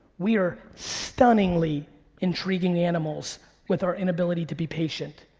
we are stunningly intriguing animals with our inability to be patient.